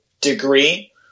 degree